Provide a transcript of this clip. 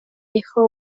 dejó